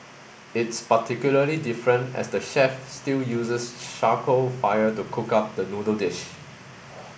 it's particularly different as the chef still uses charcoal fire to cook up the noodle dish